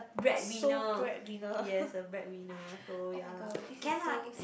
breadwinner yes a breadwinner so ya lah can lah !aiya!